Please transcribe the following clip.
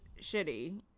shitty